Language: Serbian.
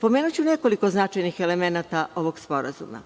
Pomenuću nekoliko značajnih elemenata ovog sporazuma.